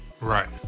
Right